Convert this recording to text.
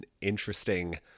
interesting